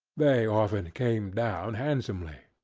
they often came down handsomely,